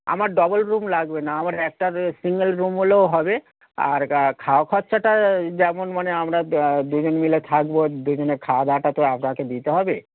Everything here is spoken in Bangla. আমার ডবল রুম লাগবে না আমার একটা সিঙ্গেল রুম হলেও হবে আর খাওয়া খরচাটা যেমন মানে আমরা দা দুজন মিলে থাকবো দুজনের খাওয়া দাওয়াটা তো আপনাকে দিতে হবে